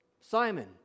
Simon